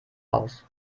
aus